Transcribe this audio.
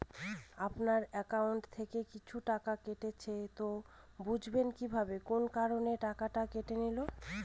আপনার একাউন্ট থেকে কিছু টাকা কেটেছে তো বুঝবেন কিভাবে কোন কারণে টাকাটা কেটে নিল?